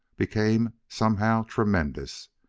became somehow tremendous,